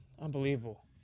unbelievable